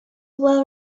well